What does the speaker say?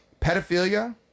pedophilia